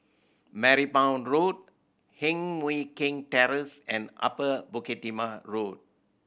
Marymount Road Heng Mui Keng Terrace and Upper Bukit Timah Road